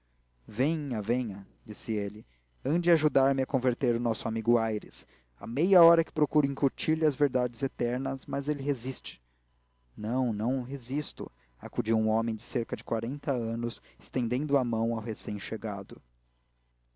venha venha disse ele ande ajudar me a converter o nosso amigo aires há meia hora que procuro incutir-lhe as verdades eternas mas ele resiste não não não resisto acudiu um homem de cerca de quarenta anos estendendo a mão ao